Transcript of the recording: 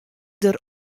dêr